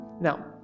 Now